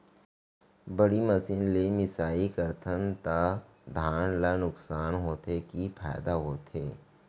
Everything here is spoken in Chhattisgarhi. बड़ी मशीन ले मिसाई करथन त धान ल नुकसान होथे की फायदा होथे?